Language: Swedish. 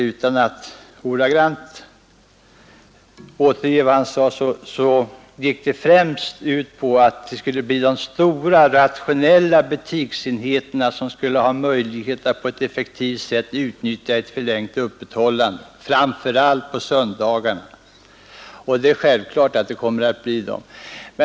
Utan att ordagrant återge hans uttalande vill jag nämna att det gick ut på att det skulle bli de ”stora” rationella butiksenheterna som skulle ha möjlighet att på ett effektivt sätt utnyttja ett förlängt öppethållande, framför allt på söndagarna. Det är självklart att det kommer att bli så.